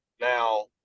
Now